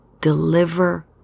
deliver